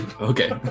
okay